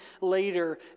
later